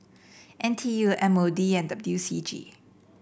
N T U M O D and W C G